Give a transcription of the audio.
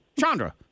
Chandra